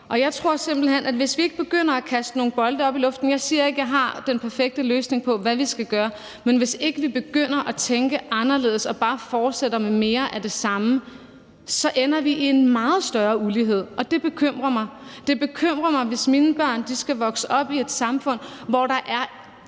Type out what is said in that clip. Og jeg tror simpelt hen, at hvis vi ikke begynder at kaste nogle bolde op i luften – og jeg siger ikke, at jeg har den perfekte løsning på, hvad vi skal gøre – og hvis ikke vi begynder at tænke anderledes og bare fortsætter med mere af det samme, så ender vi i en meget større ulighed, og det bekymrer mig. Det bekymrer mig, hvis mine børn skal vokse op i et samfund, hvor der er